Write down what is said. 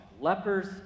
Lepers